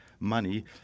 money